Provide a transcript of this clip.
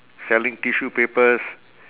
selling tissue papers